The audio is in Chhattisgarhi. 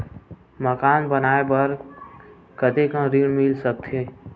मकान बनाये बर कतेकन ऋण मिल सकथे?